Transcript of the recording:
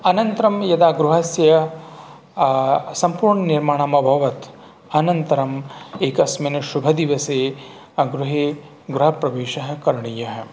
अनन्तरं यदा गृहस्य सम्पूर्णनिर्माणम् अभवत् अनन्तरम् एकस्मिन् शुभदिवसे गृहे गृहप्रवेशः करणीयः